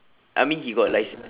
I mean he got license